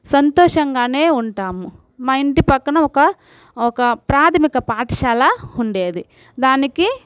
సంతోషంగానే ఉంటాము మా ఇంటి పక్కన ఒక ఒక ప్రాథమిక పాఠశాల ఉండేది దానికి